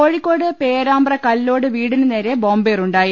കോഴിക്കോട് പേരാമ്പ്ര കല്ലോട് വീടിനു നേരെ ബോംബേറുണ്ടായി